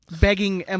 begging